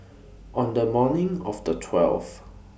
on The morning of The twelfth